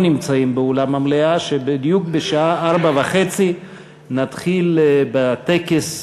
נמצאים באולם המליאה שבדיוק בשעה 16:30 נתחיל בטקס